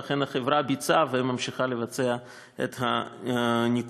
ואכן החברה ביצעה וממשיכה לבצע את הניקוי.